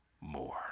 more